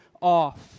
off